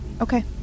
Okay